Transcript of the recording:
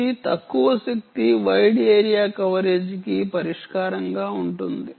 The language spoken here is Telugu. ఇది తక్కువ శక్తి వైడ్ ఏరియా కవరేజీకి పరిష్కారంగా ఉంటుంది